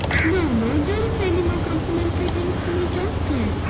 no, no don't say any more complimentary things to me just yet.